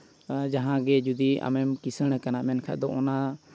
ᱡᱟᱦᱟᱸ ᱜᱮ ᱡᱩᱫᱤ ᱟᱢᱮᱢ ᱠᱤᱥᱟᱹᱬᱟᱠᱟᱱᱟ ᱢᱮᱱᱠᱷᱟᱡᱽ ᱫᱚ ᱚᱱᱟ